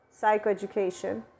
psychoeducation